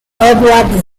edward